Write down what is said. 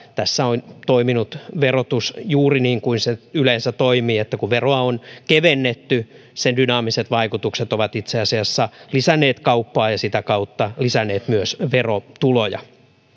tässä on toiminut verotus juuri niin kuin se yleensä toimii että kun veroa on kevennetty sen dynaamiset vaikutukset ovat itse asiassa lisänneet kauppaa ja sitä kautta lisänneet myös verotuloja